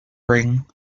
ring